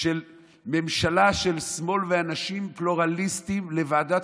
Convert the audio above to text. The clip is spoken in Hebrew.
של ממשלה של שמאל ואנשים פלורליסטים לוועדת